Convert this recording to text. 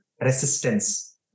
resistance